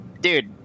dude